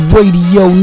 Radio